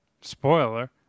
spoiler